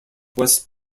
west